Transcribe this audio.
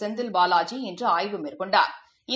செந்தில் பாலாஜி இன்றுஆய்வு மேற்கொண்டாா்